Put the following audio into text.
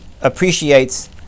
appreciates